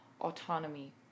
autonomy